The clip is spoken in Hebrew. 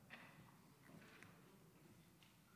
תודה רבה